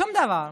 שום דבר.